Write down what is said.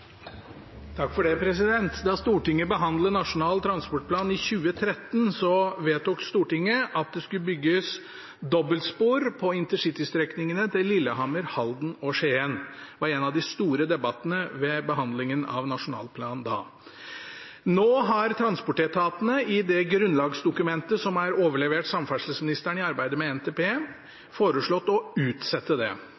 Da Stortinget behandlet Nasjonal transportplan i 2013, vedtok Stortinget at det skulle bygges dobbeltspor på intercitystrekningene til Lillehammer, Halden og Skien. Dette var en av de store debattene ved behandlingen av transportplanen da. Nå har transportetatene i det grunnlagsdokumentet som er overlevert samferdselsministeren i arbeidet med NTP,